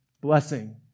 blessing